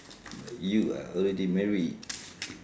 you are already married